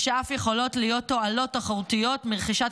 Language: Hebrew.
ושאף יכולה להיות תועלת תחרותית מרכישת